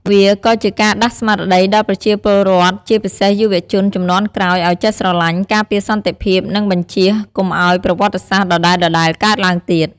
វាក៏ជាការដាស់ស្មារតីដល់ប្រជាពលរដ្ឋ ជាពិសេសយុវជនជំនាន់ក្រោយ ឱ្យចេះស្រឡាញ់ ការពារសន្តិភាព និងបញ្ចៀសកុំឱ្យប្រវត្តិសាស្ត្រដដែលៗកើតឡើងទៀត។